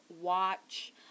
watch